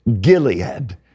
Gilead